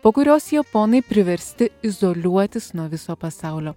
po kurios japonai priversti izoliuotis nuo viso pasaulio